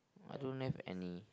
I don't have any